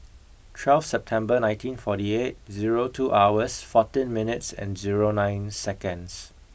twelve September nineteen forty eight zero two hours fourteen minutes and zero nine seconds